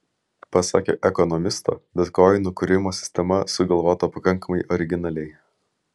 pasak ekonomisto bitkoinų kūrimo sistema sugalvota pakankamai originaliai